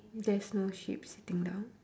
there's no sheep sitting down